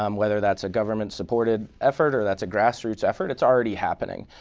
um whether that's a government supported effort or that's a grassroots effort, it's already happening.